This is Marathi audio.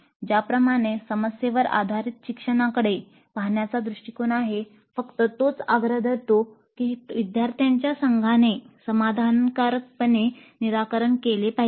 ज्याप्रमाणे समस्येवर आधारित शिक्षणाकडे पाहण्याचा दृष्टीकोन आहे फक्त तोच आग्रह धरतो की विद्यार्थ्यांच्या संघाने समाधानकारकपणे निराकरण केले पाहिजे